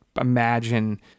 imagine